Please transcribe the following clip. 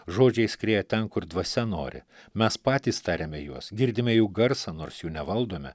žodžiai skrieja ten kur dvasia nori mes patys tariame juos girdime jų garsą nors jų nevaldome